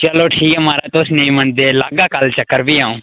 चलो ठीक ऐ महाराज तुस नेईं मनदे लागा कल चक्कर फ्ही आ'ऊं